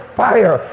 fire